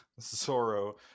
zoro